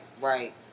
right